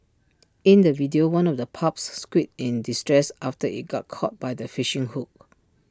in the video one of the pups squeaked in distress after IT got caught by the fishing hook